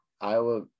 Iowa